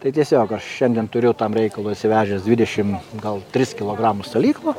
tai tiesiog aš šiandien turiu tam reikalui išsivežęs dvidešimt gal tris kilogramus salyklo